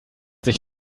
sich